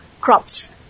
crops